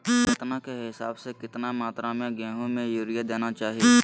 केतना के हिसाब से, कितना मात्रा में गेहूं में यूरिया देना चाही?